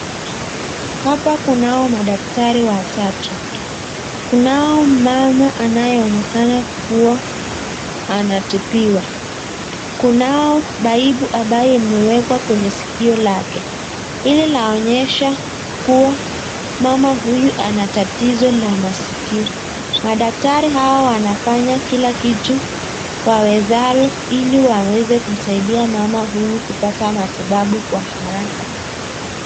Hapa kunao madaktari watatu ,kunao mama anayeonekana kuwa anatibiwa ,kunao gaibu ambayo imewekwa kwenye sikio lake, hii inaonyesha kuwa mama huyu ana tatizo la maskio , madaktari hawa wanafanya kila kitu wawezalo ili waweze kusaidia mama huyu kupata matibabu kwa haraka.